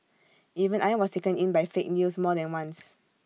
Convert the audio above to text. even I was taken in by fake news more than once